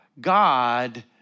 God